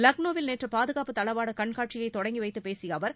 லக்னோவில் நேற்று பாதுகாப்புத் தளவாட கண்காட்சியை தொடங்கி வைத்துப் பேசிய அவர்